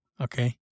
Okay